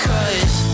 Cause